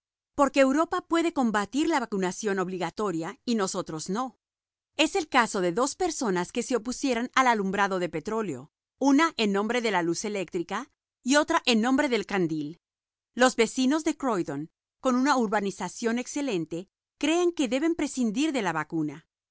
porque europa puede combatir la vacunación obligatoria y nosotros no es el caso de dos personas que se opusieran al alumbrado de petróleo una en nombre de la luz eléctrica y otra en nombre del candil los vecinos de croydon con una urbanización excelente creen que deben prescindir de la vacuna